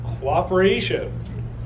cooperation